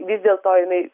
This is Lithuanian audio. vis dėl to jinai